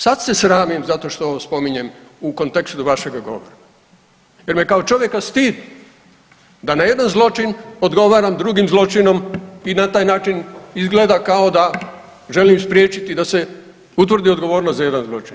Sad se sramim zato što spominjem u kontekstu vašega govora jer me kao čovjeka stid da na jedan zločin odgovaram drugim zločinom i na taj način izgleda kao da želim spriječiti da se utvrdi odgovornost za jedan zločin.